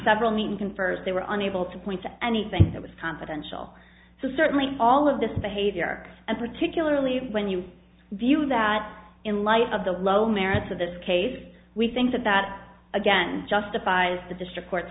several mean confers they were unable to point to anything that was confidential so certainly all of this behavior and particularly when you view that in light of the low merits of this case we think that that again justifies the district